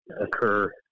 occur